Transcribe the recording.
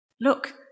Look